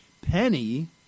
Penny